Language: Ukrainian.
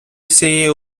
усієї